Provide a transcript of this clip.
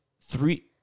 three